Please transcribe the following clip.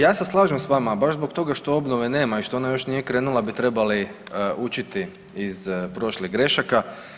Ja se slažem s vama, baš zbog toga što obnove nema i što ona još nije krenula bi trebali učiti iz prošlih grešaka.